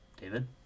David